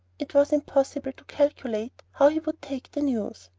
it was impossible to calculate how he would take the news.